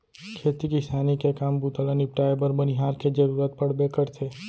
खेती किसानी के काम बूता ल निपटाए बर बनिहार के जरूरत पड़बे करथे